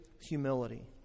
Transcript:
humility